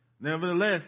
Nevertheless